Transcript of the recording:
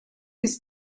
bis